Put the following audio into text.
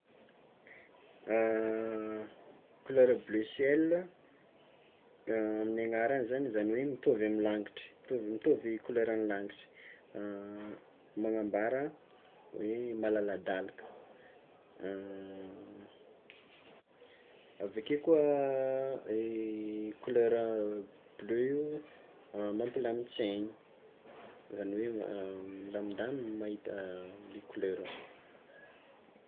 Kolera bleu ciel a, amin'ny agnarany zany zany hoe mitovy amy lagnitry mitovy mitovy koleran'ny lagnitra, magnambara hoe malaladalaka aveke koa e kolera bleu io mampilamin-tsainy zany hoe ma- milamindamigny mahita i kolera.